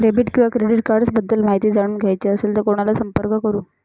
Debit किंवा credit cards बद्दल माहिती जाणून घ्यायची असेल तर कोणाला संपर्क करु?